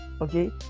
okay